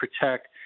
protect